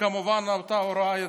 וכמובן שאותה הוראה יצאה.